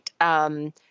right